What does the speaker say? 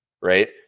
right